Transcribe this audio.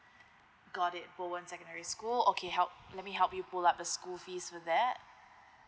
got it bowen secondary school okay help let me help you pull up the school fees for that